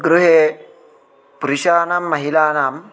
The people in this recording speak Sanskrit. गृहे पुरुषाणां महिलानाम्